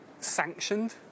sanctioned